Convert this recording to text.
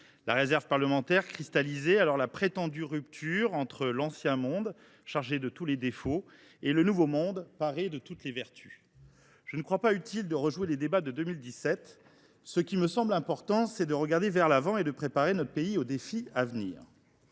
La réserve parlementaire symbolisait alors la prétendue rupture entre l’ancien monde, accablé de tous les défauts, et le nouveau, paré de toutes les vertus. Je ne crois pas utile de rejouer les débats de 2017. Mieux vaut regarder vers l’avant et préparer notre pays aux défis qui